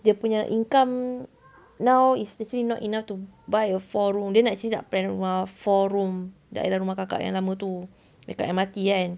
dia punya income now is actually not enough to buy a four room dia actually nak apply rumah four room daerah rumah kakak yang lama tu dekat M_R_T kan